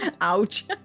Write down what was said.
Ouch